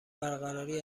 برقراری